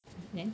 ya